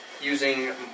using